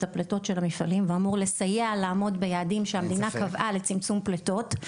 הפליטות של המפעלים ואמור לסייע לעמוד ביעדים שהמדינה קבעה לצמצום פליטות,